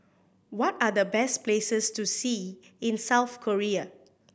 what are the best places to see in South Korea